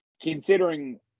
considering